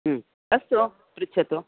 अस्तु पृच्छतु